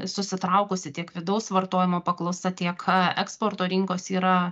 susitraukusi tiek vidaus vartojimo paklausa tiek eksporto rinkos yra